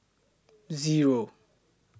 Zero